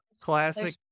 classic